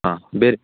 ಹಾಂ ಬೇರೆ